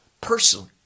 personally